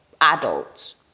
adults